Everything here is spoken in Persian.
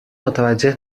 متوجه